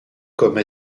comme